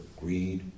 greed